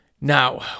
Now